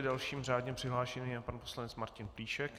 Dalším řádně přihlášeným je pan poslanec Martin Plíšek.